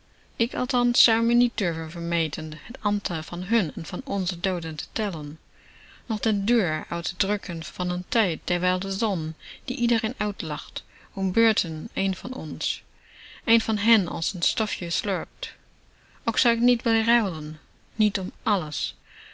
ik althans zou me niet durven vermeten het aantal van hun en van onze dooden te tellen noch den duur uit te drukken van n tijd terwijl de zon die iedereen uitlacht om beurten een van ons een van hen als n stofje slurpt ook zou ik niet willen ruilen niet om alles